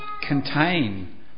contain